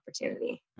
opportunity